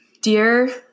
Dear